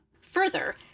Further